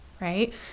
right